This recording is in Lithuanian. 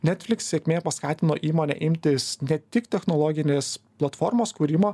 netflix sėkmė paskatino įmonę imtis ne tik technologinės platformos kūrimo